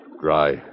dry